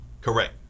correct